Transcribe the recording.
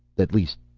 at least,